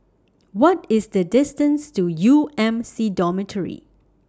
What IS The distance to U M C Dormitory